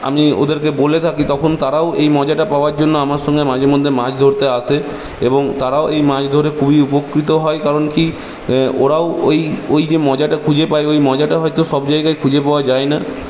আমি ওদেরকে বলে থাকি তখন তারাও এই মজাটা পাওয়ার জন্য আমার সঙ্গে মাঝে মধ্যে মাছ ধরতে আসে এবং তারাও এই মাছ ধরে খুবই উপকৃত হয় কারণ কি ওই ওই যে মজাটা খুঁজে পায় ওই মজাটা হয়তো সব জায়গায় খুঁজে পাওয়া যায় না